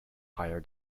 higher